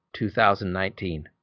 2019